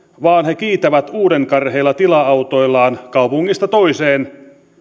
vaan he kiitävät uudenkarheilla tila autoillaan kaupungista toiseen